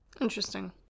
Interesting